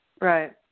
Right